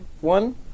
one